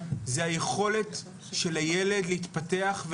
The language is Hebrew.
זה היכולת של הילד להתפתח,